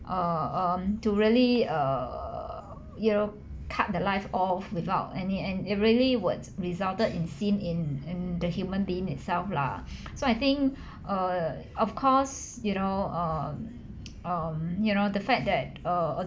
err um to really err you know cut the life off without any and it really would resulted in sin in in the human being itself lah so I think err of course you know err um you know the fact that err